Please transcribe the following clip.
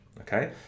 Okay